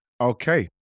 okay